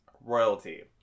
royalty